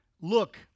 Look